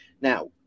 Now